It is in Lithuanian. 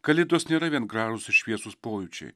kalėdos nėra vien gražūs ir šviesūs pojūčiai